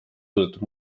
suudetud